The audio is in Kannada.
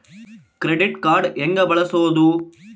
ಕ್ರೆಡಿಟ್ ಕಾರ್ಡ್ ಹೆಂಗ ಬಳಸೋದು?